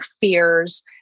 fears